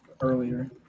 earlier